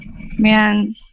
Man